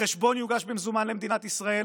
החשבון יוגש במזומן למדינת ישראל